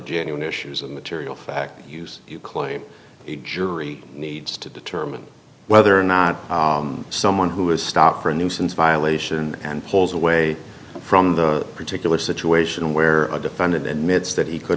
genuine issues of material fact use you claim a jury needs to determine whether or not someone who is stopped for a nuisance violation and pulls away from the particular situation where a defendant and meds that he could